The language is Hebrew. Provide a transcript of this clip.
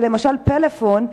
למשל ב"פלאפון",